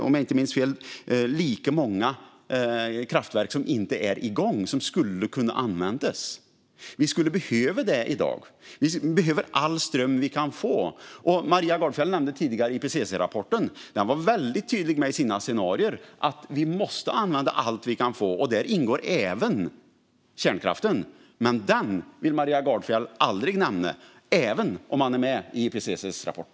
Om jag inte minns fel har vi nästan lika många kraftverk som inte är igång och som skulle kunna användas. Vi skulle behöva dem i dag. Vi behöver all ström vi kan få. Maria Gardfjell nämnde tidigare IPCC-rapporten. Den var väldigt tydlig i sina scenarier att vi måste använda allt vi kan få, och där ingår även kärnkraften. Men den vill Maria Gardfjell aldrig nämna, även om den finns med i IPCC:s rapport.